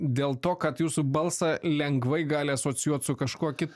dėl to kad jūsų balsą lengvai gali asocijuot su kažkuo ki